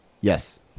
Yes